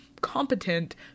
competent